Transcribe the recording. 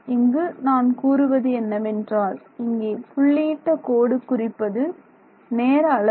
இங்கு நான் கூறுவது என்னவென்றால் இங்கே புள்ளியிட்ட கோடு குறிப்பது நேர அளவு